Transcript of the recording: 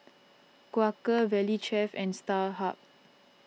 Quaker Valley Chef and Starhub